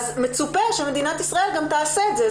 אז מצופה שמדינת ישראל גם תעשה את זה,